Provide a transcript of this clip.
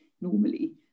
normally